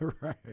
Right